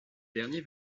dernier